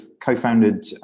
co-founded